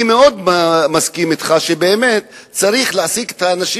אני מאוד מסכים אתך שבאמת צריך להעסיק את האנשים,